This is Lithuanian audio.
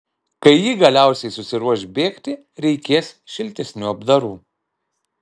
kai ji galiausiai susiruoš bėgti reikės šiltesnių apdarų